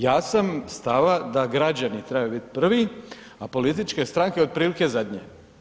Ja sam stava da građani trebaju biti prvi, a političke stranke otprilike zadnji.